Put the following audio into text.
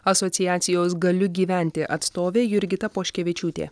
asociacijos galiu gyventi atstovė jurgita poškevičiūtė